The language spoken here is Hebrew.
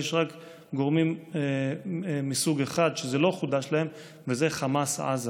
יש רק גורמים מסוג אחד שזה לא חודש להם וזה חמאס עזה,